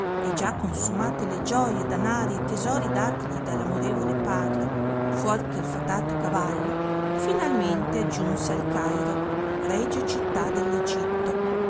e già consumate le gioie danari e tesori datigli da amorevole padre fuor che fatato cavallo finalmente aggiunse al cairo regia città